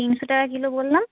তিনশো টাকা কিলো বললাম